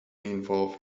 involved